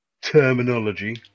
terminology